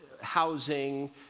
housing